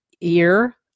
ear